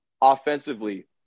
offensively